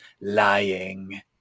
lying